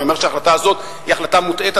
אני אומר שההחלטה הזאת היא החלטה מוטעית.